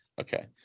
Okay